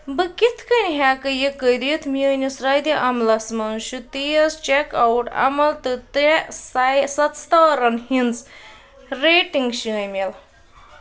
بہٕ کِتھٕ کٔنۍ ہٮ۪کہٕ یہِ کٔرِتھ میٛٲنِس ردِعملس منٛز چھُ تیٖز چیک آوُٹ عمل تہٕ ترٛےٚ ساے ستستارن ہٕنٛز ریٚٹِنٛگ شٲمِل